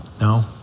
no